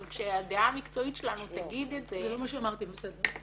אבל כשהדעה המקצועית שלנו תגיד את זה -- זה לא מה שאמרתי אבל בסדר.